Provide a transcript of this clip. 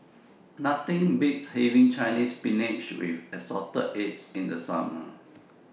Nothing Beats having Chinese Spinach with Assorted Eggs in The Summer